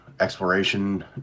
Exploration